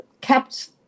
kept